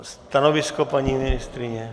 Stanovisko, paní ministryně?